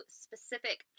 specific